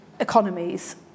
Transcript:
economies